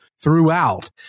throughout